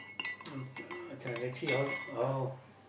uh this one let's see how oh